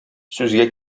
сүзгә